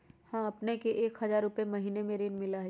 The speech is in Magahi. हां अपने के एक हजार रु महीने में ऋण मिलहई?